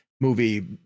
movie